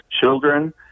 children